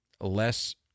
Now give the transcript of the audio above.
less